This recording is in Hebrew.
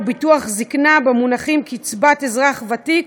ו"ביטוח זיקנה" במונחים "קצבת אזרח ותיק"